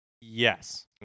Yes